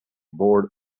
board